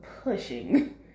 pushing